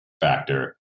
factor